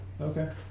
Okay